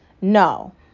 no